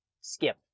Skip